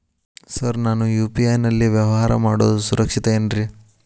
Sir ನಾನು UPI ನಲ್ಲಿ ವ್ಯವಹಾರ ಮಾಡೋದು ಸುರಕ್ಷಿತ ಏನ್ರಿ?